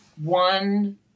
one